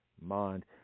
mind